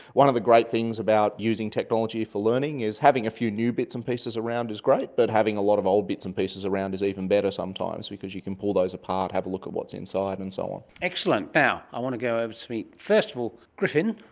one of the great things about using technology for learning is having a few new bits and pieces around is great but having a lot of old bits and pieces around is even better sometimes because you can pull those apart, have a look at what's inside and so on. excellent. now, i want to go over to meet first of all grifin.